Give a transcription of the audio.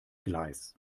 gleis